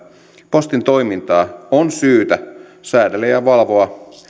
postin toimintaa on syytä säädellä ja valvoa